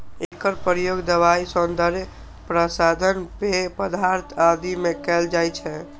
एकर प्रयोग दवाइ, सौंदर्य प्रसाधन, पेय पदार्थ आदि मे कैल जाइ छै